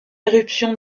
éruption